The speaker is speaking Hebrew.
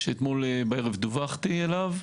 שאתמול בערב דווחתי עליו.